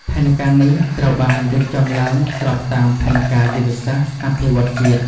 ផែនការនេះត្រូវបានរៀបចំឡើងស្របតាមផែនការយុទ្ធសាស្ត្រអភិវឌ្ឍន៍ជាតិ។